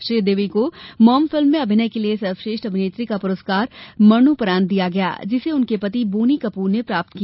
श्रीदेवी को Mom film में अभिनय के लिए सर्वश्रेष्ठ अभिनेत्री का पुरस्कार मरणोपरांत दिया गया जिसे उनके पति बोनी कपूर ने प्राप्त किया